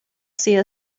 see